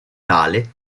tale